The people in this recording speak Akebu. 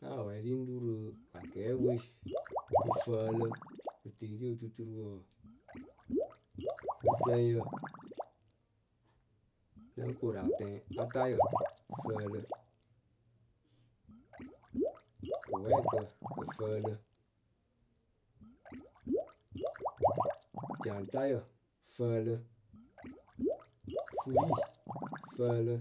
Nah wɛɛlɩ ŋ́ ru rɨ akɛɛpǝ we pɨ fǝǝlɨ pɨ teeri otuturupǝ wǝ. Sɨsǝŋyǝ. nóo koru atɛŋ atayǝ fǝǝlɨ, kɨwɛɛkǝ kɨ fǝǝlɨ Jaŋtayǝ fǝǝlɨ, furii fǝǝlɨ